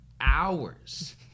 hours